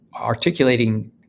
articulating